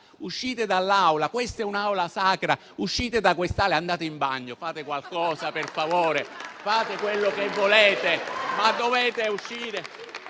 uscite dall'Aula. Questa è un'Aula sacra. Uscite da quest'Aula e andate in bagno. Fate qualcosa, per favore. Fate quello che volete, ma dovete uscire.